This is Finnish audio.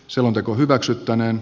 selonteko hyväksyttäneen